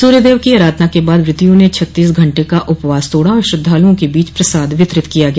सूर्यदेव की आराधना के बाद व्रतियों ने छत्तीस घंटे का उपवास तोड़ा और श्रद्वालुओं के बीच प्रसाद वितरित किया गया